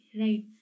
right